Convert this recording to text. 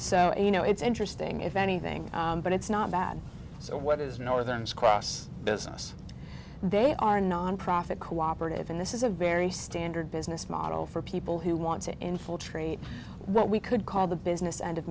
so you know it's interesting if anything but it's not bad so what is you know them squash business they are nonprofit cooperative and this is a very standard business model for people who want to infiltrate what we could call the business end of